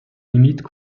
limites